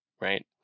right